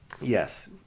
yes